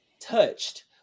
touched